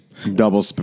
Double